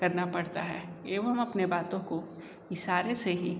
करना पड़ता हैं एवं अपने बातों को इशारे से ही